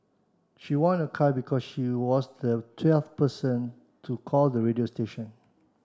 she won a car because she was the twelfth person to call the radio station